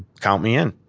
count me in.